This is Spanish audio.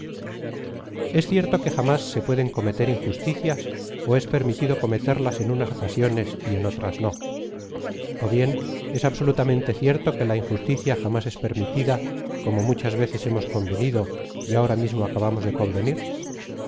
es cierto que jamás se pueden cometer injusticias o es permitido cometerlas en unas ocasiones y en otras nó o bien es absolutamente cierto que la injusticia jamás es permitida como muchas veces hemos convenido y ahora mismo acabamos de convenir